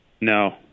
No